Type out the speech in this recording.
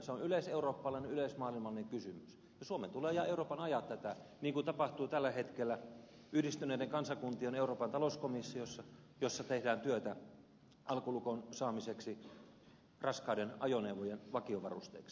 se on yleiseurooppalainen yleismaailmallinen kysymys ja suomen ja euroopan tulee ajaa tätä niin kuin tapahtuu tällä hetkellä yhdistyneiden kansakuntien euroopan talouskomissiossa jossa tehdään työtä alkolukon saamiseksi raskaiden ajoneuvojen vakiovarusteeksi